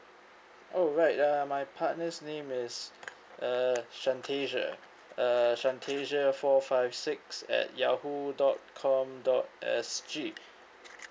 oh right uh my partner's name is uh shantasia uh shantasia four five six at yahoo dot com dot S G